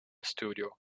studio